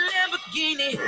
Lamborghini